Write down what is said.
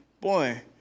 boy